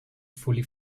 fully